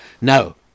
No